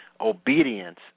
obedience